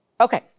Okay